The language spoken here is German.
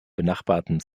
benachbarten